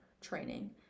training